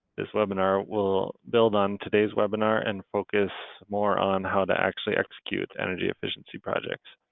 this webinar will build on today's webinar and focus more on how to actually execute energy efficiency projects.